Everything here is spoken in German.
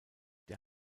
der